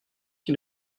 qui